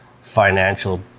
financial